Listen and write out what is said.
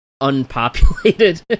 unpopulated